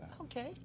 Okay